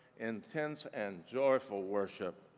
intense and joyful worship,